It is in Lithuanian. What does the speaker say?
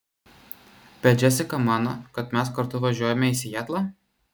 bet džesika mano kad mes kartu važiuojame į sietlą